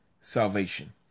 salvation